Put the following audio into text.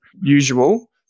usual